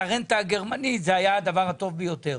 הרנטה הגרמנית זה היה הדבר הטוב ביותר,